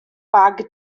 bag